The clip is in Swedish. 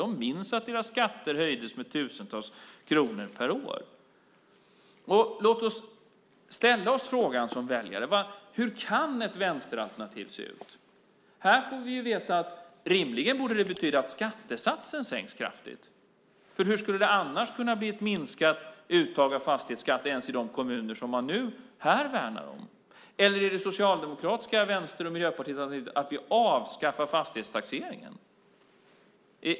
De minns att deras skatter höjdes med tusentals kronor per år. Låt oss ställa oss frågan som väljare: Hur kan ett vänsteralternativ se ut? Här får vi veta att det rimligen borde betyda att skattesatsen sänks kraftigt. Hur skulle det annars kunna bli ett minskat uttag av fastighetsskatt ens i de kommuner som man nu här värnar om? Eller är det socialdemokratiska och vänster och miljöpartistiska alternativet att vi avskaffar fastighetstaxeringen?